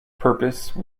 purpose